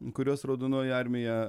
kuriuos raudonoji armija